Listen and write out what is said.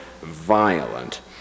violent